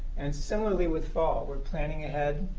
and similarly, with fall, we're planning ahead.